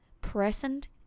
present